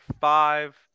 five